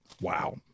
Wow